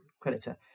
creditor